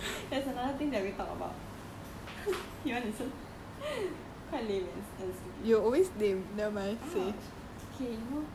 oh but then there is another thing we talk about you want to listen quite lame eh an~ and stupid